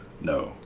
No